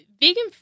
vegan